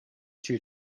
too